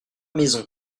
maisons